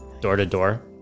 door-to-door